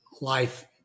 life